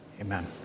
Amen